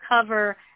cover